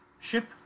ship